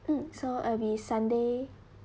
mm so uh will sunday